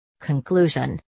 Conclusion